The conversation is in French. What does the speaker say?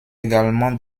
également